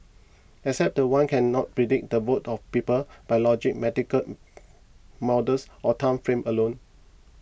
except that one cannot predict the votes of people by logic medical models or time frames alone